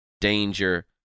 danger